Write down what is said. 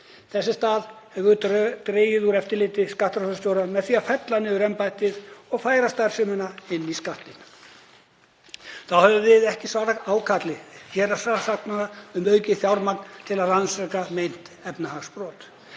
Þess í stað höfum við dregið úr eftirliti skattrannsóknarstjóra með því að fella niður embættið og færa starfsemina inn í Skattinn. Þá höfum við ekki svarað ákalli héraðssaksóknara um aukið fjármagn til að rannsaka meint efnahagsbrot.